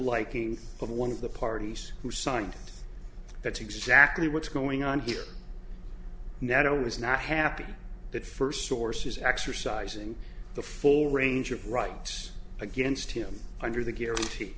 liking of one of the parties who signed that's exactly what's going on here now don't was not happy that first source is exercising the full range of rights against him under the g